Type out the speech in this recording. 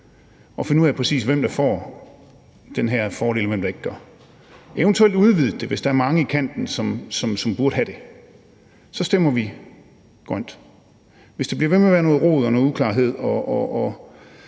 og finde ud af præcis, hvem der får den her fordel, og hvem der ikke gør – eventuelt udvider det, hvis der er mange i kanten, som burde have det – så stemmer vi grønt. Hvis det bliver ved med at være noget rod og noget uklarhed,